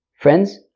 Friends